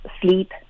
sleep